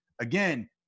Again